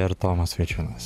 ir tomas vaičiūnas